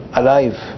alive